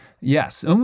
Yes